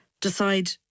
decide